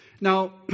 Now